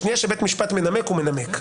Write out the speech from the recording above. בשנייה שבית משפט מנמק, הוא מנמק.